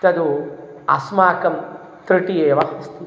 तत् अस्माकं तृटिः एव अस्ति